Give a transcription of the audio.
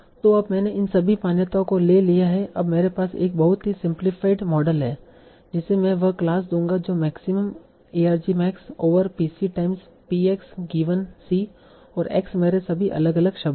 तो अब मैंने इन सभी मान्यताओं को ले लिया है और अब मेरे पास एक बहुत ही सिम्पलीफायड मॉडल है जिसमे मैं वह क्लास लूंगा जो maximum argmax over P c times P x given c और x मेरे सभी अलग अलग शब्द हैं